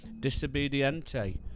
disobediente